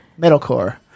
metalcore